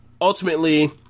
Ultimately